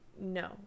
no